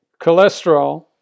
cholesterol